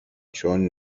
چون